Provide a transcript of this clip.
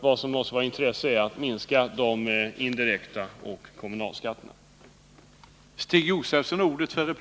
Vad som måste vara av intresse är alltså att minska de indirekta skatterna och kommunalskatterna.